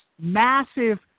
massive